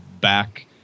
back